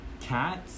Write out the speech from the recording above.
cats